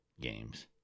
games